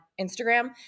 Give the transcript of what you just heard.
Instagram